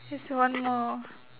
just one more